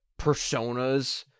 personas